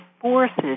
forces